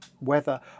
weather